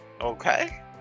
Okay